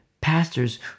pastors